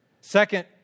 Second